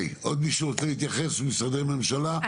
עוד מישהו רוצה להתייחס ממשרדי הממשלה?